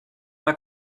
pas